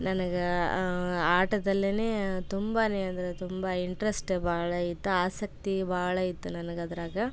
ನನ್ಗೆ ಆಟದಲ್ಲಿಯೇ ತುಂಬಾ ಅಂದರೆ ತುಂಬ ಇಂಟ್ರೆಸ್ಟ್ ಭಾಳ ಇತ್ತು ಆಸಕ್ತಿ ಭಾಳ ಇತ್ತು ನನಗೆ ಅದರಾಗ